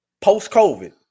post-COVID